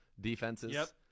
defenses